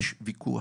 יש ויכוח,